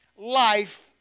life